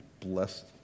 blessed